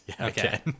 okay